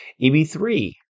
EB3